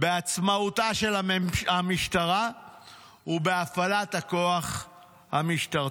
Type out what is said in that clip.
בעצמאותה של המשטרה ובהפעלת הכוח המשטרתי.